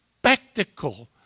spectacle